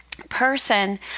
person